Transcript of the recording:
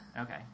Okay